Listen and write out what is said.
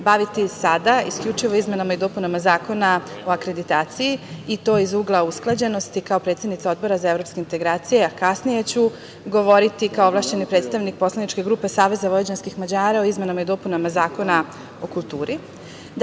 baviti sada isključivo izmenama i dopunama Zakona o akreditaciji i to iz ugla usklađenosti, kao predsednica Odbora za evropske integracije, a kasnije ću govoriti, kao ovlašćeni predstavnik poslaničke grupe SVM, o izmenama i dopunama Zakona o kulturi. Dakle,